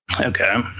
Okay